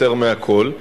יותר מהכול.